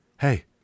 hey